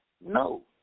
no